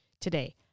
today